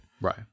Right